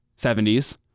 70s